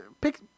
pick